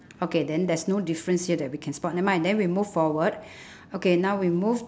okay then there's no difference here we can that we can spot never mind then we move forward okay now we move